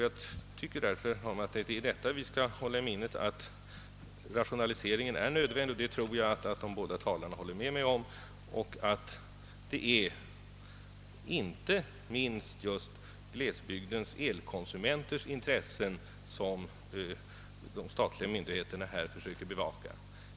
Jag tycker därför, herr talman, att vi skall hålla i minnet att rationaliseringen är nödvändig — det tror jag att båda talarna håller med mig om — och att det inte minst är glesbygdens elkonsumenters intressen som de statliga myndigheterna här söker bevaka.